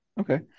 Okay